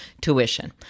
tuition